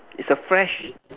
is a fresh